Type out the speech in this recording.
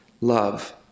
love